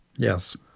Yes